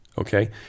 Okay